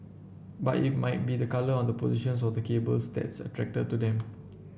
but it might be the colour on the positions of the cables that's attracted to them